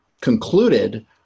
concluded